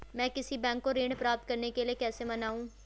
मैं किसी बैंक को ऋण प्राप्त करने के लिए कैसे मनाऊं?